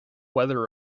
weather